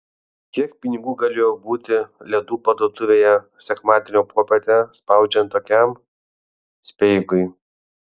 kiek pinigų galėjo būti ledų parduotuvėje sekmadienio popietę spaudžiant tokiam speigui